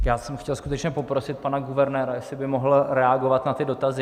Já jsem chtěl skutečně poprosit pana guvernéra, jestli by mohl reagovat na ty dotazy.